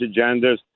agendas